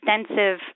extensive